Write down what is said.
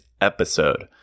episode